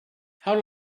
how